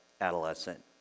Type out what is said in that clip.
adolescent